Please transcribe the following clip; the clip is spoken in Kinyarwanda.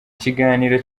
kiganiro